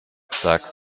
sagt